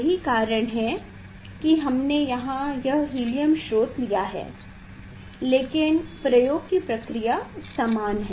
यही कारण है कि हमने यहां यह हीलियम स्रोत लिया है लेकिन प्रयोग की प्रक्रिया समान है